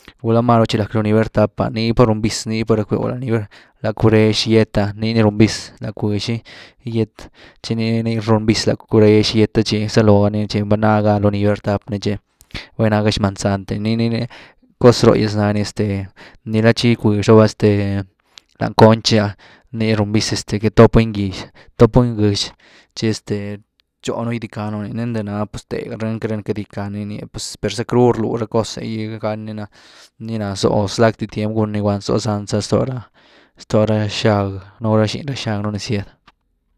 Gula maru tchi rack lony vier- tap ah nii pa run viz, nii pa rack bew la lony gack, la curex gyet’a nii ni run viz la bkwix gygyet, tchi nii ni run viz la curex gyet te chi zaloo ni tchi vanaa ga lony vier-tap ni tchi, vanaa ga xman-zant’e nii ni cos roh’gyas nani, nickla tchi gycwyx raba este lany conch’rea, nii run viz gitoop buny-gïx toop buny-gëx, tchi este, tchonu gydica nú einty ná pues tegha, brëny ca ni cadicá ni rnie pues zacru rlu ra cos’e gy gan ni na, ni ná zóh zblack ty tiem guun ni guand zóh la zan za stoo ra, ztoo ra xagnu, gulá xiny ra xag nu ni zyed.